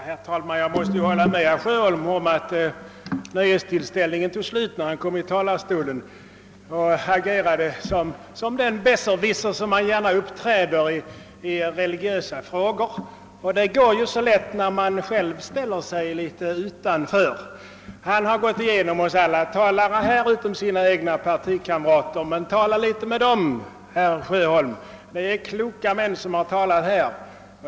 Herr talman! Jag måste till herr Sjöholm säga att »nöjestillställningen» tog slut, när han kom upp i talarstolen och agerade som den besserwisser han gärna gör sig till i religiösa frågor. Det går ju lätt så, när man själv ställer sig utanför. Han har gått igenom vad som sagts av alla talare här utom av hans egna partikamrater. Men tala litet med dem, herr Sjöholm! Det är kloka män som har talat här.